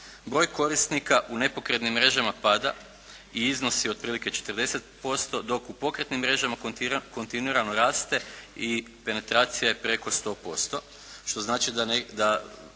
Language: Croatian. Broj korisnika u nepokretnim mrežama pada i iznosi otprilike 40% dok u pokretnim mrežama kontinuirano raste i penetracija je preko 100% što znači da